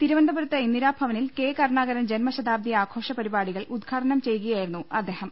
തിരു വ ന ന്ത പു രത്ത് ഇന്ദി രാ ഭ വ നിൽ കെ കരുണാകരൻ ജന്മശതാബ്ദി ആഘോഷപരിപാടികൾ ഉദ്ഘാടനം ചെയ്യുകയായിരുന്നു അദ്ദേഹം